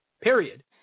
period